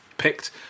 picked